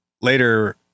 later